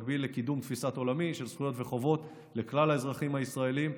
לקידום תפיסת עולמי של זכויות וחובות לכלל האזרחים הישראלים.